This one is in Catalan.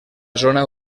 zona